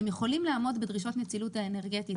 הם יכולים לעמוד בדרישות הנצילות האנרגטית